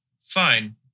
fine